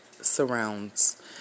surrounds